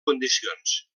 condicions